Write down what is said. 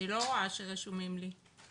אני לא רואה שרשומים לי.